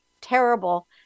terrible